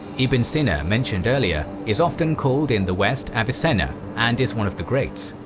ibn sina mentioned earlier is often called in the west avicenna and is one of the greats.